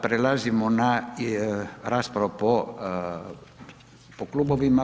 Prelazimo na raspravu po klubovima.